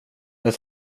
jag